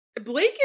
Blake